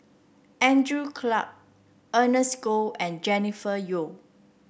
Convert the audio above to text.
Andrew Clarke Ernest Goh and Jennifer Yeo